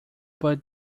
but